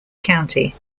county